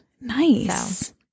Nice